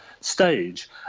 stage